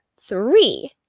three